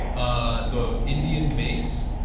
ah though indian mace